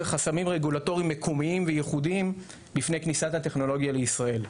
חסמים רגולטוריים מקומיים וייחודיים לפני כניסת הטכנולוגיה לישראל.